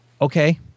okay